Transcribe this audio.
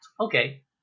Okay